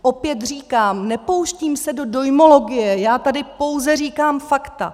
Opět říkám, nepouštím se do dojmologie, já tady pouze říkám fakta.